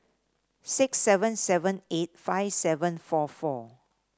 six seven seven eight five seven four four